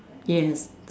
yes